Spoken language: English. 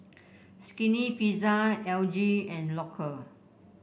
Skinny Pizza L G and Loacker